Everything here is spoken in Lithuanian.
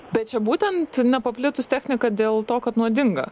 bet čia būtent nepaplitus technika dėl to kad nuodinga